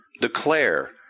declare